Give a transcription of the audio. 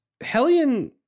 Hellion